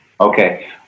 Okay